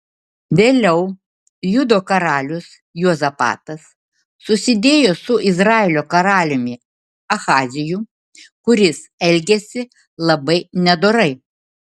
vėliau judo karalius juozapatas susidėjo su izraelio karaliumi ahaziju kuris elgėsi labai nedorai